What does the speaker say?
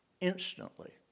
Instantly